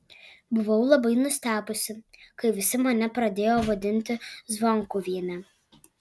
buvau labai nustebusi kai visi mane pradėjo vadinti zvonkuviene